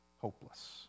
hopeless